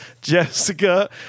Jessica